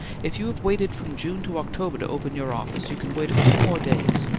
if you have waited from june to october to open your office, you can wait a few more days.